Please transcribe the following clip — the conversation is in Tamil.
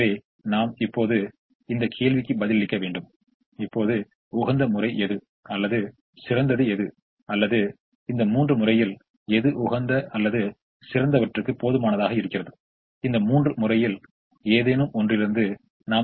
எனவே 5 4 என்பது 1 ஆகும் Cij என்பது 8 மேலும் ui vj அதாவது 1 8 என்பது 7 ஆகும் எனவே 8 7 என்பது 1 ஆகும் இப்போது இவை அனைத்தும் லாபங்களைக் குறிக்கின்றன